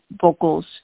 vocals